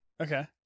Okay